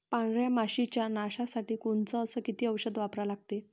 पांढऱ्या माशी च्या नाशा साठी कोनचं अस किती औषध वापरा लागते?